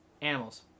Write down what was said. animals